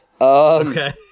Okay